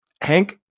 Hank